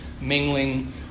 Mingling